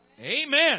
amen